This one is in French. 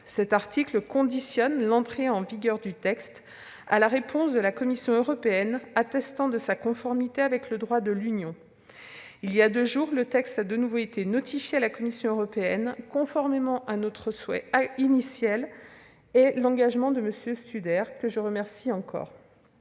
Cet article vise à conditionner l'entrée en vigueur du texte à la réponse de la Commission européenne attestant de sa conformité avec le droit de l'Union. Il y a deux jours, le texte a de nouveau été notifié à la Commission européenne, conformément à notre souhait initial et à l'engagement de M. Studer, que je remercie encore.